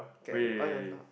wait